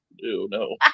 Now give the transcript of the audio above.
No